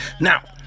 Now